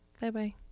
Bye-bye